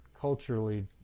culturally